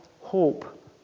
hope